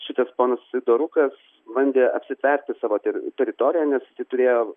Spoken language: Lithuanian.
šitas ponas sidorukas bandė apsitverti savo teritoriją nes jisai turėjo